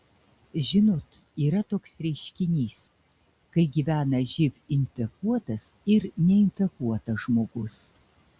žinot yra toks reiškinys kai gyvena živ infekuotas ir neinfekuotas žmogus